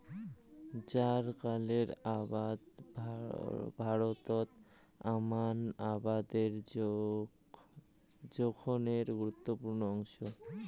জ্বারকালের আবাদ ভারতত আমান আবাদের জোখনের গুরুত্বপূর্ণ অংশ